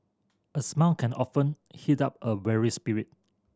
a smile can often heat up a weary spirit